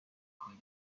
کنی